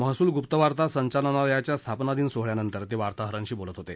महसूल गुप्तवार्ता संचालनालयाच्या स्थापनादिन सोहळ्यानंतर ते वार्ताहरांशी बोलत होते